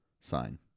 sign